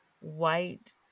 white